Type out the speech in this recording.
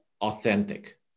authentic